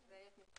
היום יום שלישי,